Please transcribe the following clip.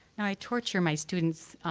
i torture my students.